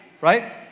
right